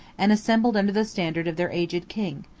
and assembled under the standard of their aged king,